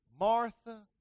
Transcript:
Martha